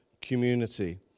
community